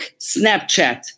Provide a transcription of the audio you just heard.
Snapchat